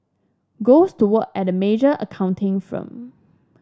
goes to work at a major accounting firm